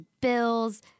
Bills